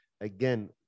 again